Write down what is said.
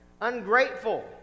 Ungrateful